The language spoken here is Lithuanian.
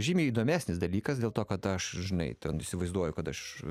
žymiai įdomesnis dalykas dėl to kad aš žinai ten įsivaizduoju kad aš